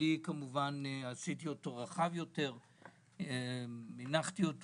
אני כמובן עשיתי אותו רחב יותר - הנחתי אותו